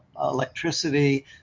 electricity